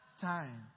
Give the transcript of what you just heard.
time